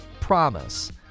promise